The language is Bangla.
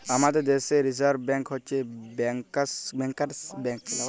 আমাদের দ্যাশে রিসার্ভ ব্যাংক হছে ব্যাংকার্স ব্যাংক